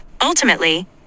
Ultimately